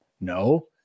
No